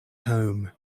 home